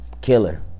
killer